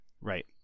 Right